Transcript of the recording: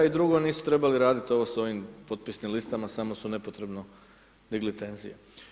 I drugo, nisu trebali raditi ovo s ovim potpisnim listama, samo su nepotrebno digli tenzije.